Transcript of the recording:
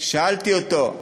שאלתי אותו: